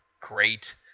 great